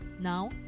Now